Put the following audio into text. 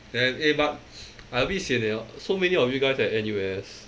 then eh but I a bit sian eh so many of you guys at N_U_S